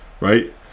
right